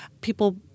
people